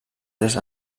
tres